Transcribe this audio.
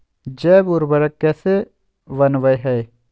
जैव उर्वरक कैसे वनवय हैय?